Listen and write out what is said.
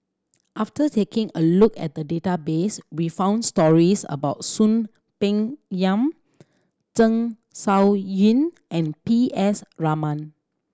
after taking a look at the database we found stories about Soon Peng Yam Zeng Shouyin and P S Raman